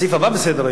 הסעיף הבא בסדר-היום,